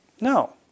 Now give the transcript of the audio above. No